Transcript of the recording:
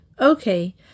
Okay